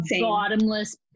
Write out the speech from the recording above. bottomless